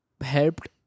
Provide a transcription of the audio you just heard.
helped